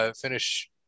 finish